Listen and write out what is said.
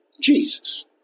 Jesus